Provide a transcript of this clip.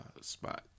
spot